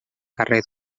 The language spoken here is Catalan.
carrer